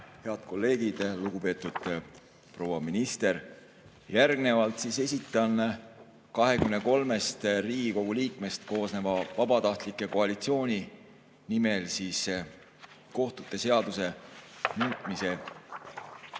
Head kolleegid! Lugupeetud proua minister! Järgnevalt esitan 23‑st Riigikogu liikmest koosneva vabatahtlike koalitsiooni nimel kohtute seaduse muutmise